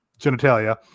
genitalia